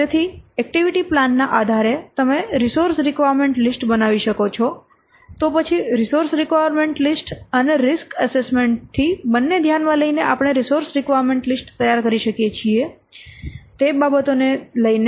તેથી activity plan ના આધારે તમે રિસોર્સ રીકવાયર્મેન્ટ લિસ્ટ બનાવી શકો છો તો પછી રિસોર્સ રીકવાયર્મેન્ટ લિસ્ટ અને રીસ્ક એસેસમેન્ટ થી બંને ધ્યાનમાં લઈને આપણે રિસોર્સ રીકવાયર્મેન્ટ લિસ્ટ તૈયાર કરી શકીએ છીએ તે બાબતોને લઈને જે આપણે અહીં પહેલાથી બતાવી છે